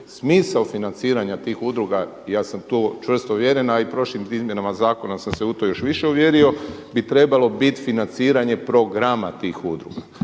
Smisao financiranja tih udruga, ja sam u to čvrsto uvjeren, a i prošlim izmjenama zakona sam se u to još više uvjerio bi trebalo biti financiranje programa tih udruga.